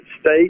state